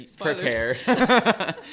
prepare